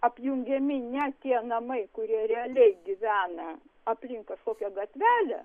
apjungiami ne tie namai kurie realiai gyvena aplink kažkokią gatvelę